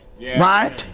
right